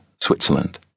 Switzerland